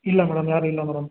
ಇಲ್ಲ ಮೇಡಮ್ ಯಾರು ಇಲ್ಲ ಮೇಡಮ್